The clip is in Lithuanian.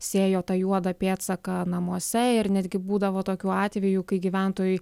sėjo tą juodą pėdsaką namuose ir netgi būdavo tokių atvejų kai gyventojai